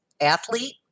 athlete